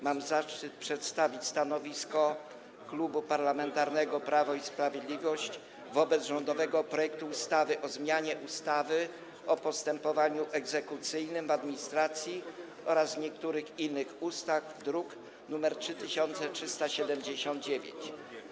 Mam zaszczyt przedstawić stanowisko Klubu Parlamentarnego Prawo i Sprawiedliwość wobec rządowego projektu ustawy o zmianie ustawy o postępowaniu egzekucyjnym w administracji oraz niektórych innych ustaw, druk nr 3379.